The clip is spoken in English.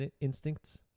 instincts